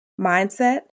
mindset